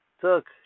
took